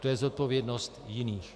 To je zodpovědnost jiných!